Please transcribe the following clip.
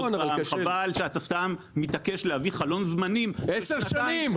חבל שאתה סתם מתעקש להביא חלון זמנים של שנתיים --- עשר שנים.